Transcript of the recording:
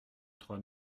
trois